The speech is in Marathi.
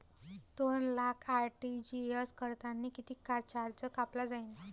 दोन लाख आर.टी.जी.एस करतांनी कितीक चार्ज कापला जाईन?